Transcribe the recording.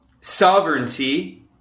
sovereignty